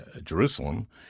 Jerusalem